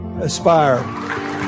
Aspire